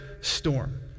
storm